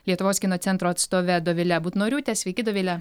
lietuvos kino centro atstove dovile butnoriūte sveiki dovile